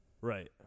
Right